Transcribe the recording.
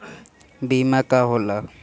बीमा का होला?